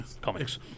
comics